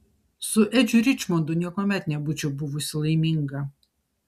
su edžiu ričmondu niekuomet nebūčiau buvusi laiminga